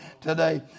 today